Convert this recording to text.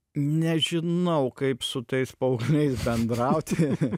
nežinau kaip su tais paaugliais bendrauti